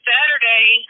Saturday